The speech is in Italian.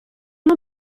non